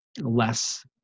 less